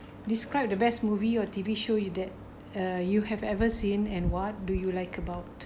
describe the best movie or T_V show you that uh you have ever seen and what do you like about